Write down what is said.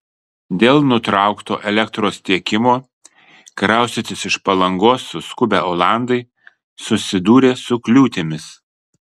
dėl nutraukto elektros tiekimo kraustytis iš palangos suskubę olandai susidūrė su kliūtimis